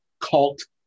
cult